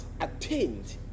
Attained